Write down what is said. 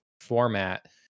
format